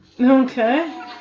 Okay